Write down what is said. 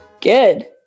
Good